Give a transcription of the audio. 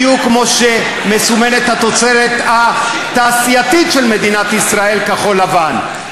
בדיוק כמו שמסומנת התוצרת התעשייתית של מדינת ישראל "כחול-לבן".